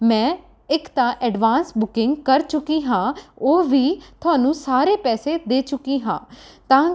ਮੈਂ ਇੱਕ ਤਾਂ ਐਡਵਾਂਸ ਬੁਕਿੰਗ ਕਰ ਚੁੱਕੀ ਹਾਂ ਉਹ ਵੀ ਤੁਹਾਨੂੰ ਸਾਰੇ ਪੈਸੇ ਦੇ ਚੁੱਕੀ ਹਾਂ ਤਾਂ